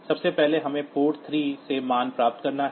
सबसे पहले हमें पोर्ट 3 से मान प्राप्त करना है